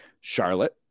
Charlotte